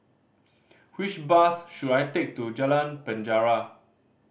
which bus should I take to Jalan Penjara